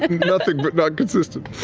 and nothing but not consistent.